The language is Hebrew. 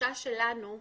החשש שלנו,